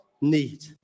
need